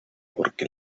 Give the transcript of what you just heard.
porque